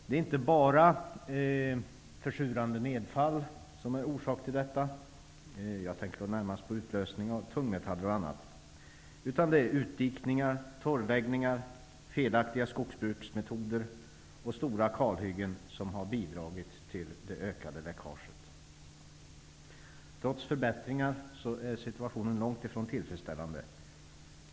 Det är inte bara försurande nerfall som är orsak till detta. Jag tänker här närmast på tungmetaller och annat som löses ut i marken. Också utdikningar, torrläggningar, felaktiga skogsvårdsmetoder och stora kalhyggen har bidragit till det ökade läckaget. Trots förbättringar är situationen långt ifrån tillfredsställande.